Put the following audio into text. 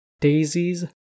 daisies